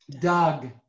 Doug